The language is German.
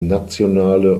nationale